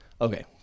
Okay